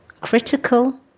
Critical